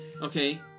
Okay